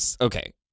okay